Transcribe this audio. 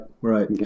right